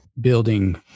building